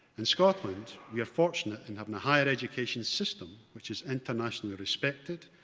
in scotland, we're fortunate in having a higher education system which is internationally respected.